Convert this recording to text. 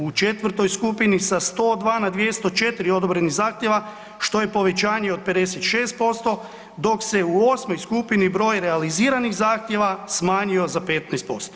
U 4. skupini sa 102 na 204 odobrenih zahtjeva, što je povećanje od 56%, dok se u 8. skupini broj realiziranih zahtjeva smanjio za 15%